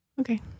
Okay